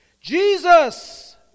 Jesus